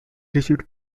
received